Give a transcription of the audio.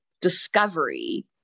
discovery